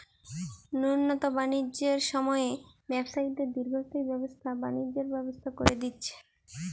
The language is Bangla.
নুতন বাণিজ্যের সময়ে ব্যবসায়ীদের দীর্ঘস্থায়ী ব্যবসা বাণিজ্যের ব্যবস্থা কোরে দিচ্ছে